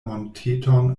monteton